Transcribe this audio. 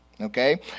Okay